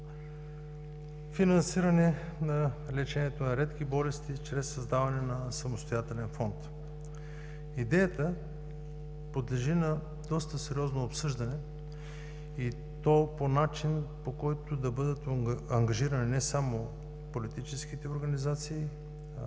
финансиране на лечението на редки болести чрез създаване на самостоятелен фонд. Идеята подлежи на доста сериозно обсъждане, и то по начин, по който да бъдат ангажирани не само политическите организации,